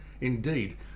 Indeed